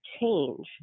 change